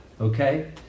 okay